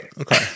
Okay